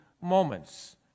moments